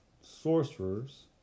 sorcerers